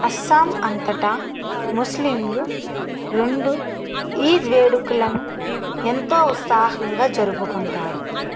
అస్సాం అంతటా ముస్లింలు రెండు ఈద్ వేడుకులను ఎంతో ఉత్సాహంగా జరుపుకుంటారు